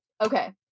okay